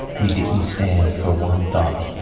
we didn't stand for one thought,